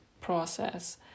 process